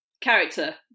Character